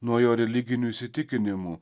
nuo jo religinių įsitikinimų